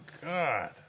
God